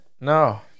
No